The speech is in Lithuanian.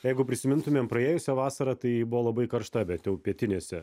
jeigu prisimintumėm praėjusią vasarą tai ji buvo labai karšta bent jau pietinėse